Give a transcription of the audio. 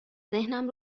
ذهنم